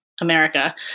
america